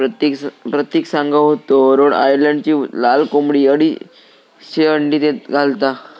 प्रतिक सांगा होतो रोड आयलंडची लाल कोंबडी अडीचशे अंडी घालता